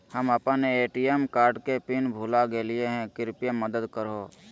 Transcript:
हम अप्पन ATM card के पिन भुला गेलिओ हे कृपया मदद कर हो